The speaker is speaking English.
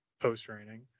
post-training